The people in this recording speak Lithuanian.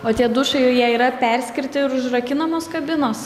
o tie dušai jau jie yra perskirti ir užrakinamos kabinos